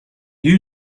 you